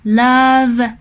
love